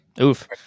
Oof